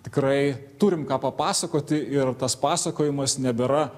tikrai turim ką papasakoti ir tas pasakojimas nebėra